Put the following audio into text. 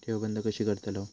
ठेव बंद कशी करतलव?